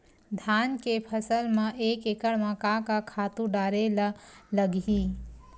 धान के फसल म एक एकड़ म का का खातु डारेल लगही?